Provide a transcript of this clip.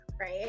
right